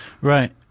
Right